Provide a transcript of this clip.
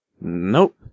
Nope